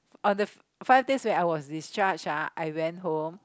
on the five day when I was discharged ah I went home